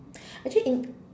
actually in